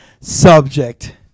subject